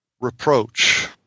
reproach